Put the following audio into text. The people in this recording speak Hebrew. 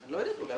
אגב,